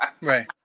Right